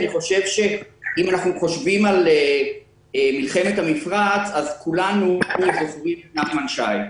אם אנחנו חושבים על מלחמת המפרץ אז כולנו זוכרים את נחמן שי.